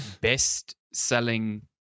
best-selling